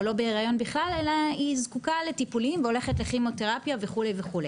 או לא בהריון בכלל אלא היא זקוקה לטיפולים והולכת לכימותרפיה וכדומה.